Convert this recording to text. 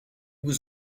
was